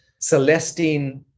celestine